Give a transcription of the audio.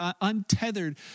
untethered